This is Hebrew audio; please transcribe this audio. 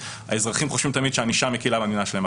האזרחים תמיד חושבים שהענישה מקלה במדינה שלהם.